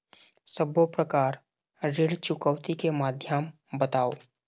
सब्बो प्रकार ऋण चुकौती के माध्यम बताव?